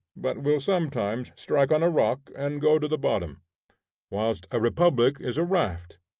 but will sometimes strike on a rock and go to the bottom whilst a republic is a raft,